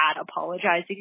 apologizing